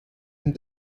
and